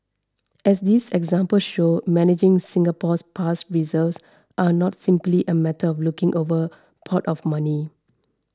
as these examples show managing Singapore's past reserves are not simply a matter of looking over pot of money